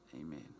amen